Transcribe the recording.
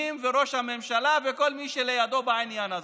וראש הממשלה וכל מי שלידו בעניין הזה?